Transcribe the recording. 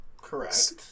Correct